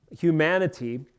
humanity